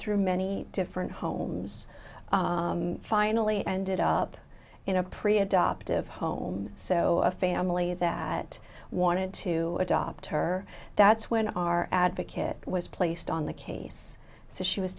through many different homes finally ended up in a pre adoptive home so a family that wanted to adopt her that's when our advocate was placed on the case since she was